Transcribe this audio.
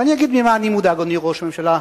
אני אגיד ממה אני מודאג, אדוני ראש הממשלה.